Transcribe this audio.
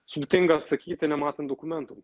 sudėtinga atsakyti nematant dokumentų